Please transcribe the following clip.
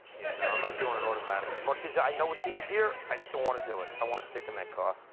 no, i'm not doing an automatic. much as i know it's easier, i just don't wanna do it. i wanna stick in that car.